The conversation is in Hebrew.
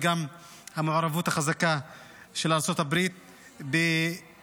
וגם המעורבות החזקה של ארצות הברית בקביעה,